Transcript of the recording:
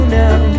now